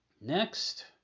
next